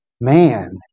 man